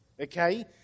okay